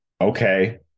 okay